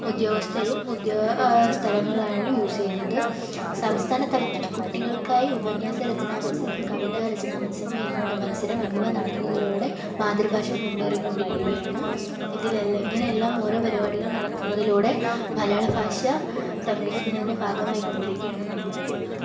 ഉദ്യോഗസ്ഥരും സ്ഥലങ്ങളിലാണെങ്കിലും യൂസ് ചെയ്യുന്നത് സംസ്ഥാനതലത്തിൽ കുട്ടികൾക്കായി ഉപന്യാസരചന മത്സരം കവിതരചന മത്സരം മത്സരം എന്നിവ നടത്തുന്നതിലൂടെ മാതൃഭാഷ മുന്നേറിക്കൊണ്ടിരിക്കുകയാണ് ഇതിലെല്ലാം ഇങ്ങനെയെല്ലാം ഓരോ പരിപടികൾ നടത്തുന്നതിലൂടെ മലയാളഭാഷ സംരക്ഷിക്കുന്നതിൻ്റെ ഭാഗമായിക്കൊണ്ടിരിക്കുകയാണ് നമ്മളെല്ലാവരും